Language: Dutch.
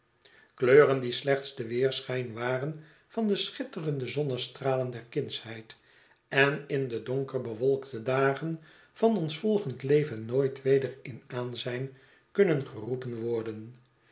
kleuren die slechts de weerschijn waren van de schitterende zonnestralen der kindsheid en in de donker bewolkte dagen van ons volgend leven nooit weder in aanztjn kunnen geroepen worden